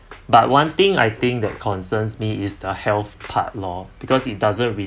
but one thing I think that concerns me is the health part lor because it doesn't